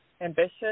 ambitious